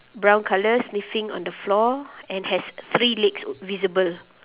brown colour sniffing on the floor and has three legs visible